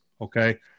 Okay